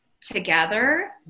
together